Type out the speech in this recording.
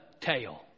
tail